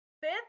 fifth